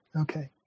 Okay